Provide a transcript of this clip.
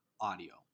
audio